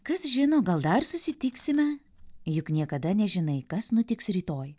kas žino gal dar susitiksime juk niekada nežinai kas nutiks rytoj